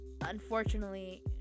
Unfortunately